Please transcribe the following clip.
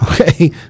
okay